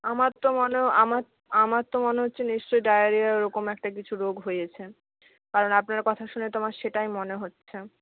আমার তো মনে আমার তো আমার তো মনে হচ্ছে নিশ্চয়ই ডায়েরিয়া ওরকম একটা কিছু রোগ হয়েছে কারণ আপনার কথা শুনে তো আমার সেটাই মনে হচ্ছে